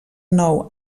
nou